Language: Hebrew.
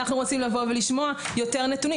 אנחנו רוצים לבוא ולשמוע יותר נתונים.